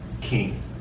king